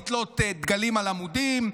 לתלות דגלים על עמודים,